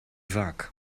vaak